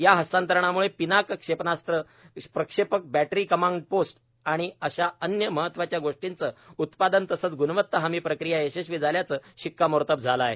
या हस्तांतरणाम्ळे पिनाक क्षेपणासत्र प्रक्षेपक बॅटरी कमांड पोस्ट आणि अशा अन्य महत्त्वाच्या गोष्टींचं उत्पादन तसेच ग्णवत्ता हमी प्रक्रिया यशस्वी झाल्याचं शिक्कामोर्तब झाले आहे